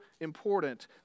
important